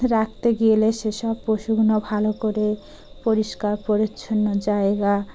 রাখতে গেলে সেসব পশুগুলো ভালো করে পরিষ্কার পরিচ্ছন্ন জায়গা